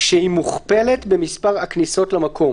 כשהיא מוכפלת במספר הכניסות למקום,